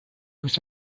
was